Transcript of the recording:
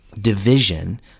division